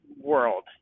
world